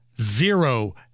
Zero